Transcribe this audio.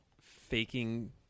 faking